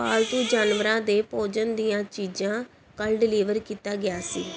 ਪਾਲਤੂ ਜਾਨਵਰਾਂ ਦੇ ਭੋਜਨ ਦੀਆਂ ਚੀਜ਼ਾਂ ਕੱਲ੍ਹ ਡਿਲੀਵਰ ਕੀਤਾ ਗਿਆ ਸੀ